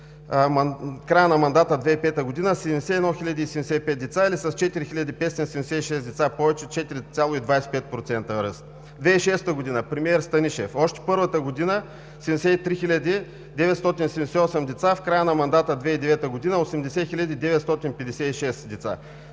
В края на мандата 2005 г. – 71 075 деца или с 4576 деца повече, 4,25% ръст. 2006 г. – премиер Станишев. Още първата година 73 978 деца, в края на мандата 2009 г. – 80 956 деца,